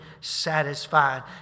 satisfied